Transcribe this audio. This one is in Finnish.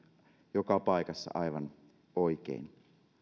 joka paikassa aivan oikein